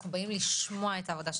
אנחנו באים לשמוע אותה.